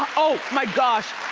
oh my gosh,